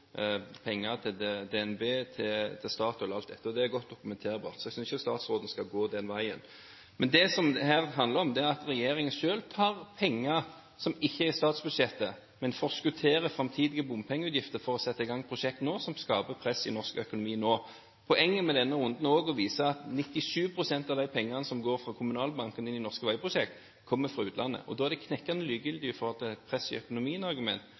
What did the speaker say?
til DNB, til Statoil osv. Det er godt dokumenterbart. Så jeg synes ikke statsråden skal gå den veien. Det som det her handler om, er at regjeringen selv tar penger som ikke er i statsbudsjettet, men forskutterer framtidige bompengeutgifter for å sette i gang prosjekter nå, og som skaper press i norsk økonomi nå. Poenget med denne runden er også å vise at 97 pst. av de pengene som går fra Kommunalbanken og inn i norske veiprosjekter, kommer fra utlandet. Da er det knekkende likegyldig i forhold til argumentet om press i økonomien